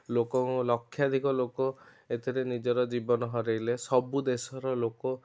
ଲୋକଙ୍କ ଲକ୍ଷ୍ୟାଧିକ ଲୋକ ଏଥିରେ ନିଜର ଜୀବନ ହରେଇଲେ ସବୁ ଦେଶର ଲୋକ